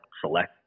select